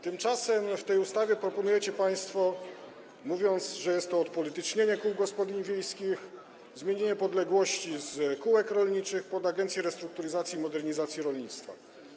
Tymczasem w tej ustawie proponujecie państwo - mówiąc, że jest to odpolitycznienie kół gospodyń wiejskich - zmienienie podległości: z podległości kółkom rolniczym na podległość Agencji Restrukturyzacji i Modernizacji Rolnictwa.